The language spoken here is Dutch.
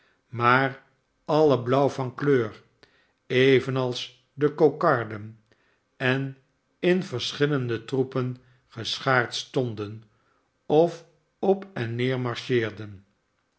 maar alien blauw van kleur evenals de kokarden en in verschillende troepen geschaard stonden of op en neer marcheerden